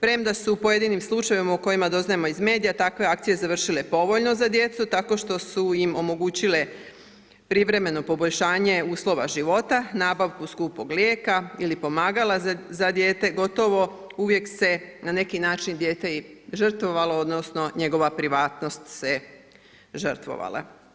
Premda su u pojedinim slučajevima u kojima doznajemo iz medija takve akcije završile povoljno za djecu tako što su omogućile privremeno poboljšanje uslova života, nabavku skupog lijeka ili pomagala za dijete, gotovo uvijek se na neki način dijete i žrtvovalo, odnosno njegova privatnost se žrtvovala.